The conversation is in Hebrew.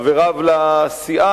את חבריו לסיעה,